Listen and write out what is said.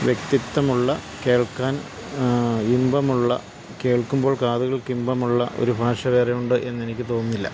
വ്യക്തിത്വമുള്ള കേൾക്കാൻ ഇമ്പമുള്ള കേൾക്കുമ്പോൾ കാതുകൾക്ക് ഇമ്പമുള്ള ഒരു ഭാഷ വേറെ ഉണ്ട് എന്ന് എനിക്ക് തോന്നുന്നില്ല